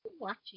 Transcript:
watching